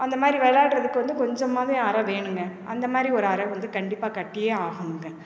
அந்த மாதிரி விளையாட்றதுக்கு வந்து கொஞ்சமாவது அறை வேணுங்க அந்த மாதிரி ஒரு அறை வந்து கண்டிப்பாக கட்டியே ஆகணுங்க